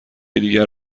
دیگر